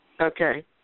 Okay